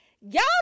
Y'all